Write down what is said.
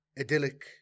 idyllic